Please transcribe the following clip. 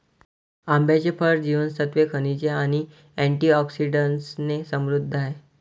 आंब्याचे फळ जीवनसत्त्वे, खनिजे आणि अँटिऑक्सिडंट्सने समृद्ध आहे